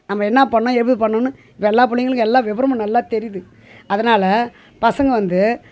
நம்ம என்ன பண்ணும் எப்படி பண்ணும்னு எல்லா பிள்ளைங்களுக்கும் எல்லா விவரமும் நல்லா தெரியுது அதனால் பசங்க வந்து